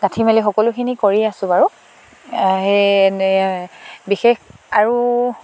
গাঁঠি মেলি সকলোখিনি কৰি আছোঁ বাৰু সেই বিশেষ আৰু